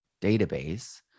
database